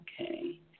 Okay